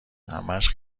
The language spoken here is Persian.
همش